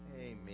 Amen